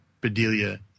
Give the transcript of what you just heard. bedelia